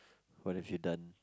what if you're done